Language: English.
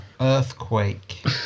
Earthquake